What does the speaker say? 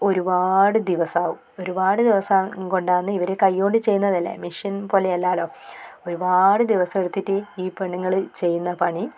ഒരുപാട് ദിവസമാകും ഒരുപാട് ദിവസം കൊണ്ടാണ് ഇവർ കൈകൊണ്ട് ചെയ്യുന്നതല്ലേ മെഷീൻ പോലെയല്ലല്ലോ ഒരുപാട് ദിവസമെടുത്തിട്ട് ഈ പെണ്ണുങ്ങൾ ചെയ്യുന്ന പണി